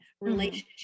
relationship